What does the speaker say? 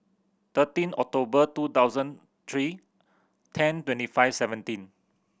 thirteen October two thousand three ten twenty five seventeen